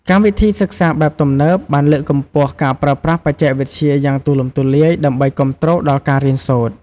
កម្មវិធីសិក្សាបែបទំនើប បានលើកកម្ពស់ការប្រើប្រាស់បច្ចេកវិទ្យាយ៉ាងទូលំទូលាយដើម្បីគាំទ្រដល់ការរៀនសូត្រ។